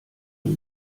nur